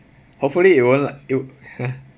hopefully it won't lah